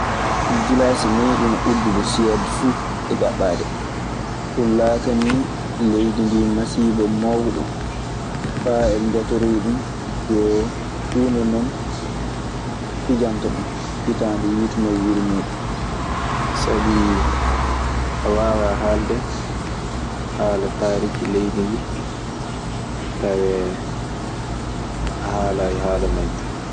Gilasi meɗinon uduɗe suede fu e ɗiaɓade. Ɗun laatanii leydi ndii masiiba mawɗo. Faa eɓe njatorii ɗun yo huunde non, ɓe pijanta ɗun, hitaande Sabii a waawaa haalde haala taariki leydi ndi tawee a haalaayi haala majjun.